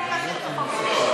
עדיף היה להשאיר את החוק כפי שהוא,